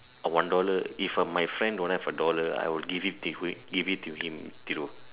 a dollar if a my friend don't have a dollar I would give it to give it to him Thiru